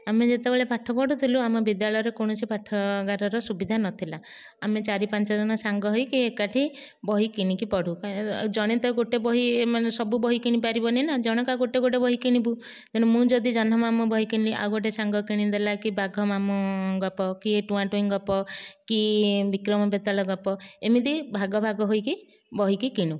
ଆମେ ଯେତେବେଳେ ପାଠ ପଢ଼ୁଥିଲୁ ଆମ ବିଦ୍ୟାଳୟର କୌଣସି ପାଠାଗାରର ସୁବିଧା ନଥିଲା ଆମେ ଚାରି ପାଞ୍ଚଜଣ ସାଙ୍ଗ ହୋଇକି ଏକାଠି ବହି କିଣିକି ପଢ଼ୁ ଜଣେ ତ ଗୋଟିଏ ବହିମାନେ ସବୁ ବହି କିଣି ପାରିବନିନା ଜଣକା ଗୋଟିଏ ଗୋଟିଏ ବହି କିଣିବୁ ତେଣୁ ମୁଁ ଯଦି ଜହ୍ନମାମୁଁ ବହି କିଣିଲି ଆଉ ଗୋଟିଏ ସାଙ୍ଗ କିଣିଦେଲା କି ବାଘମାମୁଁ ଗପ କି ଟୁଆଁ ଟୁଇଁ ଗପ କି ବିକ୍ରମ ବେତାଳ ଗପ ଏମିତି ଭାଗ ଭାଗ ହୋଇକି ବହିକି କିଣୁ